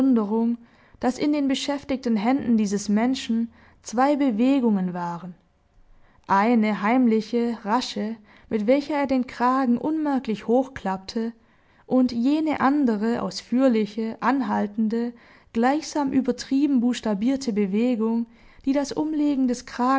daß in den beschäftigten händen dieses menschen zwei bewegungen waren eine heimliche rasche mit welcher er den kragen unmerklich hochklappte und jene andere ausführliche anhaltende gleichsam übertrieben buchstabierte bewegung die das umlegen des